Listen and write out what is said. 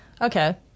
Okay